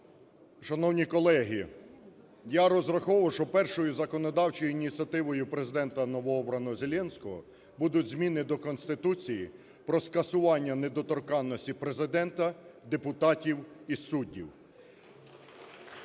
Шановні колеги, я розраховував, що першою законодавчою ініціативою Президента новообраного Зеленського будуть зміни до Конституції про скасування недоторканності Президента, депутатів і суддів.